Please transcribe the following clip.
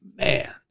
man